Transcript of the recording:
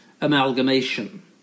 amalgamation